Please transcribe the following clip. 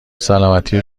سلامتی